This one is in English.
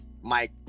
Mike